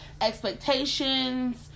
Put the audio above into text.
expectations